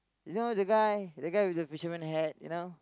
you know the guy the guy with fisherman hat you know